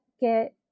get